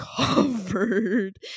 covered